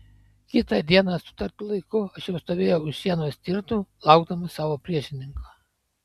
kitą dieną sutartu laiku aš jau stovėjau už šieno stirtų laukdamas savo priešininko